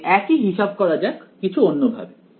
এখন সেই একই হিসাব করা যাক কিছু অন্যভাবে